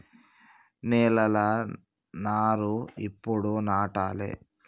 నేలలా నారు ఎప్పుడు నాటాలె?